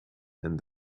and